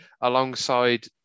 alongside